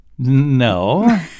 No